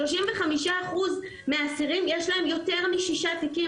ל-35% מהאסירים יש יותר משישה תיקים.